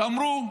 שאמרו: